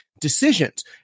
decisions